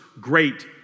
great